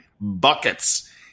buckets